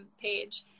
page